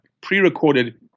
pre-recorded